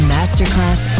Masterclass